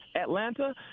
Atlanta